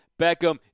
Beckham